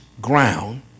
ground